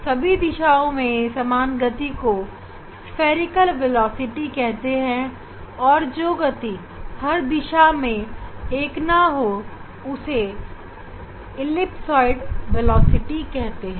सभी दिशाओं में समान गति को सफीरीकल वेलोसिटी कहते हैं और जो गति हर दिशा में एक ना हो उसे वेलोसिटी एलिपसॉयड कहते हैं